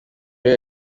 buri